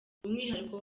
umwihariko